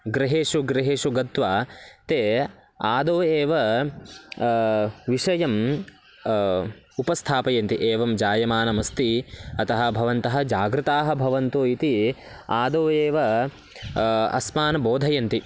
गृहेषु गृहेषु गत्वा ते आदौ एव विषयम् उपस्थापयन्ति एवं जायमानमस्ति अतः भवन्तः जागृताः भवन्तु इति आदौ एव अस्मान् बोधयन्ति